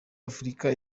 afurika